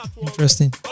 interesting